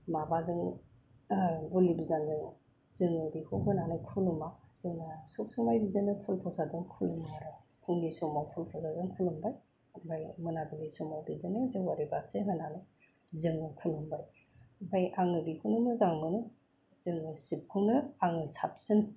माबाजों बुलि बिदानजों जोङो बेखौ होनानै खुलुमा जोंना सब समय बिदिनो फुल प्रसादजों खुलुमो आरो फुंनि समाव फुल प्रसादजों खुलुमबाय ओमफाय मोनानि समाव बिदिनो जेवारि बाथि होनानै जोङो खुलुमबाय आङो बेखौनो मोजां मोनो जोङो शिब खौनो आङो साबसिन